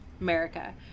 America